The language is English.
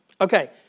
Okay